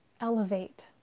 elevate